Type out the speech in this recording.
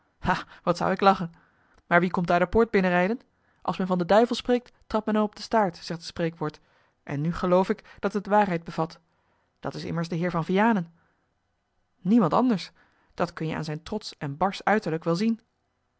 wat zou ik lachen maar wie komt daar de poort binnenrijden als men van den duivel spreekt trapt men hem op den staart zegt het spreekwoord en nu geloof ik dat het waarheid bevat dat is immers de heer van vianen niemand anders dat kun je aan zijn trotsch en barsch uiterlijk wel zien